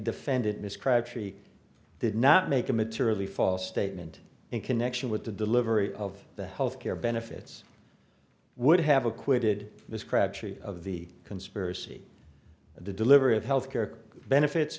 defendant ms crabtree did not make a materially false statement in connection with the delivery of the health care benefits would have acquitted ms crabtree of the conspiracy of the delivery of health care benefits